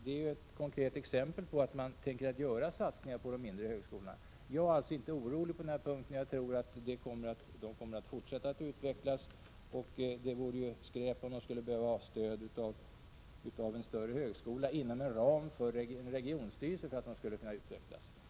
Det är ju ett konkret exempel på att man tänker göra satsningar på de mindre högskolorna. Jag tror att de mindre högskolorna kommer att fortsätta att utvecklas, och det vore ju skräp om de skulle behöva ha stöd av en större högskola inom regionstyrelsens ram för att kunna det.